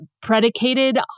predicated